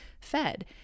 fed